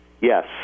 Yes